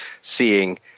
seeing